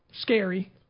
scary